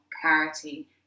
clarity